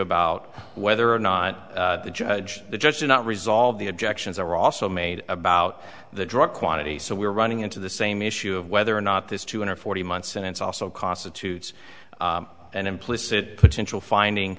about whether or not the judge the judge did not resolve the objections are also made about the drug quantity so we're running into the same issue of whether or not this two hundred forty months and it's also constitutes an implicit potential finding